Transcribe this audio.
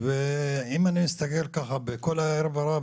אם אני מסתכל על הערב רב,